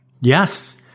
Yes